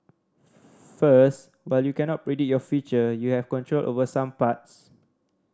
first but you cannot predict your future you have control over some parts